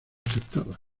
aceptada